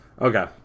okay